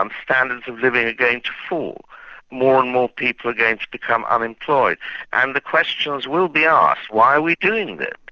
um standards of living are going to fall more and more people become unemployed and the questions will be asked why are we doing this?